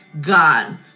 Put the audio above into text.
God